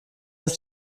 ist